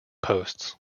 posts